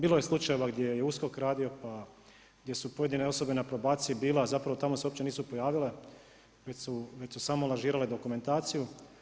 Bilo je slučajeva gdje je USKOK radio, pa gdje su pojedine osobe na probaciji bile, a zapravo tamo se uopće nisu pojavile, već su samo lažirale dokumentaciju.